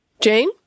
Jane